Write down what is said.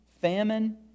famine